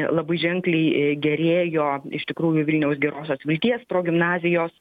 labai ženkliai gerėjo iš tikrųjų vilniaus gerosios vilties progimnazijos